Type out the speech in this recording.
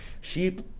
Sheep